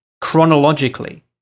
chronologically